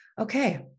okay